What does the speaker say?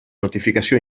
notificació